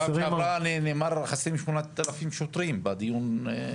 נאמר שחסרים 8,000 שוטרים בדיון.